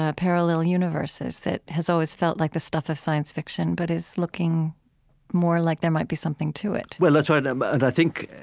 ah parallel universes that has always felt like the stuff of science fiction but is looking more like there might be something to it well, that's right um and i think,